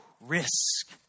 Risk